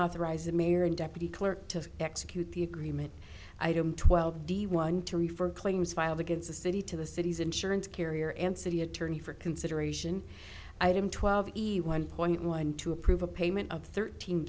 authorized the mayor and deputy clerk to execute the agreement item twelve d one to refer claims filed against the city to the city's insurance carrier and city attorney for consideration item twelve easy one point one to approve a payment of thirteen